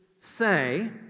say